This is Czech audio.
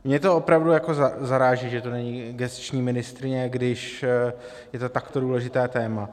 Mě to opravdu zaráží, že tu není gesční ministryně, když je to takto důležité téma.